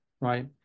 right